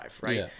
right